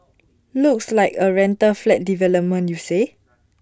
looks like A rental flat development you say